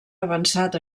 avançat